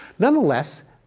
nonetheless,